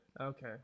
Okay